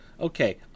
Okay